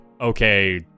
okay